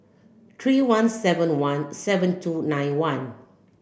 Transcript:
three one seven one seven two nine one